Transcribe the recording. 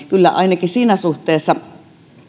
kyllä ainakin siinä suhteessa